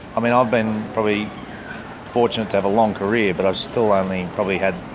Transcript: i mean, i've been probably fortunate to have a long career but i've still only probably had